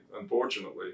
unfortunately